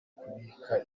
kubika